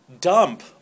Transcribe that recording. dump